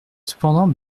cependant